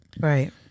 Right